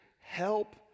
help